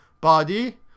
body